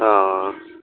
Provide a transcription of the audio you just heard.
ہاں